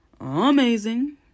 amazing